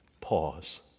Pause